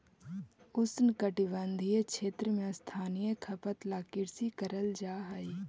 उष्णकटिबंधीय क्षेत्र में स्थानीय खपत ला कृषि करल जा हई